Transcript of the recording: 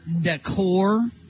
decor